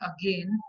again